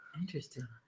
Interesting